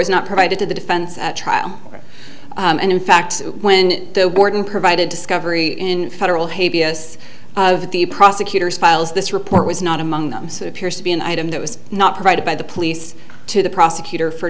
was not provided to the defense at trial and in fact when the warden provided discovery in federal hate b s of the prosecutor's files this report was not among them appears to be an item that was not provided by the police to the prosecutor for